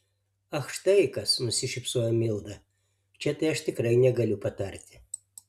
ach štai kas nusišypsojo milda čia tai aš tikrai negaliu patarti